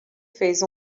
fez